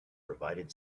provided